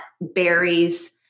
berries